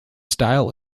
style